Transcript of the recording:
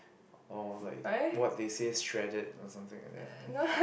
or like what they say straddled or something like that